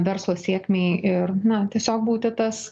verslo sėkmei ir na tiesiog būti tas